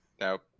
Nope